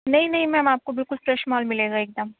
نہیں نہیں میم آپ کو بالکل فریش مال ملے گا ایک دم